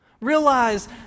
Realize